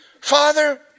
Father